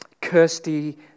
Kirsty